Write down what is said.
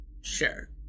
sure